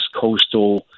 coastal